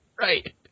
Right